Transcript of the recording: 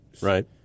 Right